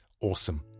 awesome